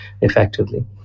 effectively